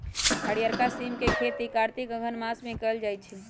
हरियरका सिम के खेती कार्तिक अगहन मास में कएल जाइ छइ